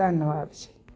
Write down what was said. ਧੰਨਵਾਦ ਜੀ